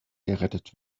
gerettet